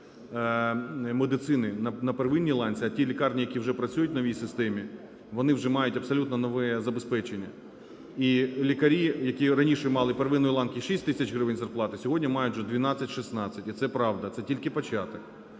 медицини на первинній ланці, а ті лікарні, які вже працюють в новій системі, вони вже мають абсолютно нове забезпечення? І лікарі, які раніше мали первинної ланки 6 тисяч гривень зарплати, сьогодні мають вже 12-16. І це правда. Це тільки початок.